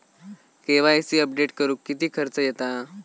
KYC update करुक किती खर्च येता?